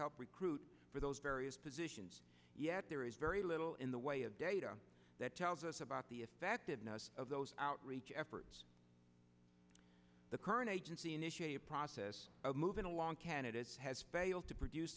help recruit for those various positions yet there is very little in the way of data that tells us about the effectiveness of those outreach efforts the current agency initiated process moving along candidates has failed to produce